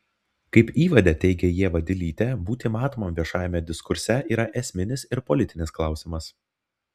kaip įvade teigia ieva dilytė būti matomam viešajame diskurse yra esminis ir politinis klausimas